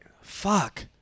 Fuck